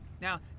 now